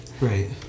Right